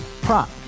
Prop